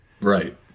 Right